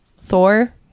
Thor